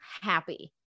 happy